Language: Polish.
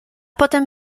potem